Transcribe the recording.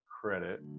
credit